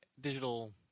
digital